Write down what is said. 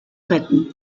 retten